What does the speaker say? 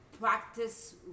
practice